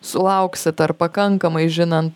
sulauksit ar pakankamai žinant